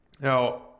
now